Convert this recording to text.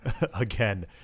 again